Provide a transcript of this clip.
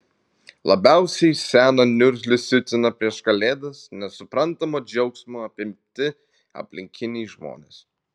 labiausiai seną niurzglį siutina prieš kalėdas nesuprantamo džiaugsmo apimti aplinkiniai žmonės